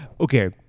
Okay